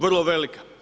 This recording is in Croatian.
Vrlo velika.